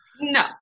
No